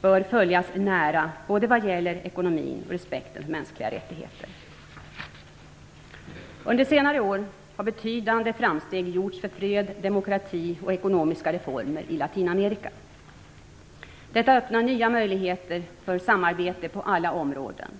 bör följas nära vad gäller både ekonomin och respekten för mänskliga rättigheter. Under senare år har betydande framsteg gjorts för fred, demokrati och ekonomiska reformer i Latinamerika. Detta öppnar nya möjligheter för samarbete på alla områden.